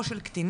או של קטינים